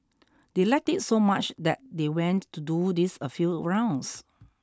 they liked it so much that they went to do this a few rounds